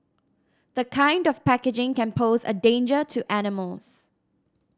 the kind of packaging can pose a danger to animals